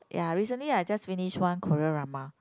ya recently I just finished one Korea drama